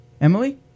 Emily